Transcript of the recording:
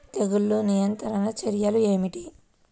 తెగులు నియంత్రణ చర్యలు ఏమిటి?